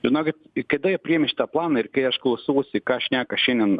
žinokit kada jie priėmė šitą planą ir kai aš klausausi ką šneka šiandien